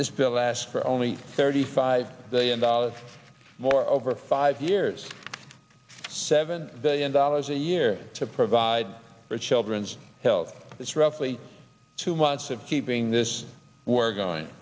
for only thirty five billion dollars more over five years seven billion dollars a year to provide for children's health that's roughly two months of keeping this war going